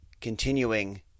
continuing